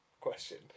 question